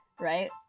right